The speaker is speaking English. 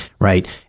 right